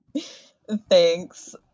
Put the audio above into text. Thanks